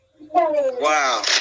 Wow